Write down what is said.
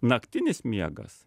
naktinis miegas